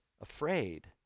Afraid